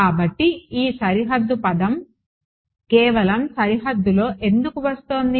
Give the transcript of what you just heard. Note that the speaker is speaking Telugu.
కాబట్టి ఈ సరిహద్దు పదం కేవలం సరిహద్దులో ఎందుకు వస్తోంది